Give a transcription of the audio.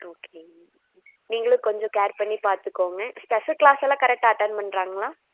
ஓகேங்க நீங்களும் கொஞ்சம் கேர் பண்ணி பார்த்துக்கோங்க ஸ்பெஷல் க்ளாஸ்ஸெல்லாம் கரெக்டாக அட்டன் பண்ணுறாங்களா